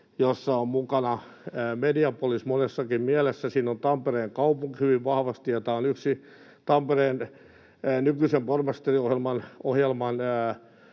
jossa on mukana Mediapolis monessakin mielessä, siinä on Tampereen kaupunki hyvin vahvasti. Yksi Tampereen nykyisen pormestariohjelman